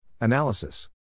Analysis